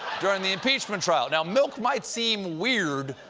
during the impeachment trial. now, milk might seem weird,